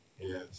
Yes